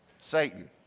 Satan